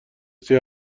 کسی